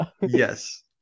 Yes